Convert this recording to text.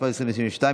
התשפ"ב 2022,